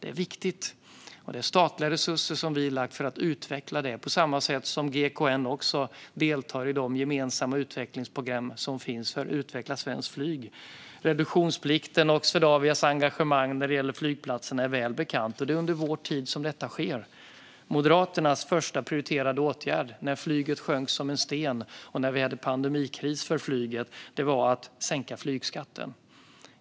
Det är viktigt, och vi har lagt statliga resurser på att utveckla detta. På samma sätt deltar GKN i de gemensamma utvecklingsprogram som finns för att utveckla svenskt flyg. Reduktionsplikten är väl bekant, liksom Swedavias engagemang när det gäller flygplatserna. Det är under vår tid som detta har skett. Moderaternas högst prioriterade åtgärd när flyget sjönk som en sten och det rådde pandemikris för flyget var att sänka flygskatten.